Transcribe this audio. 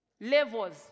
levels